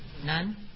none